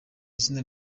izina